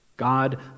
God